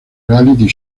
reality